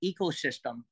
ecosystem